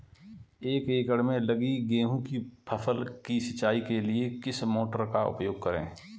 एक एकड़ में लगी गेहूँ की फसल की सिंचाई के लिए किस मोटर का उपयोग करें?